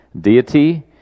deity